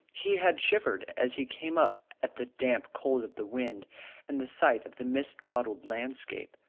he had shivered as he came up at the damp cold of the wind and the sight of the mist-mottled landscape.